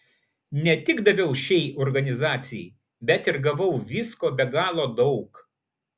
ne tik daviau šiai organizacijai bet ir gavau visko be galo daug